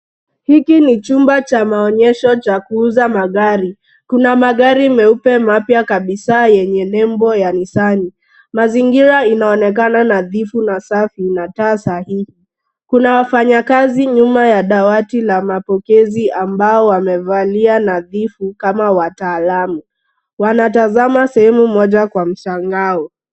Hiki ni chumba cha maonyesho cha kuuza magari. Kuna magari meupe mapya kabisa yenye nembo na Nissan. Mazingira inaonekana nadhifu na safi na taa sahihi. Kuna wafanyakazi nyuma ya dawati la mapokezi ambao wamevalia nadhifu kama wataalamu. Wanatazama sehemu moja kwa mshangao.